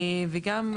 כמו כן,